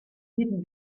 hidden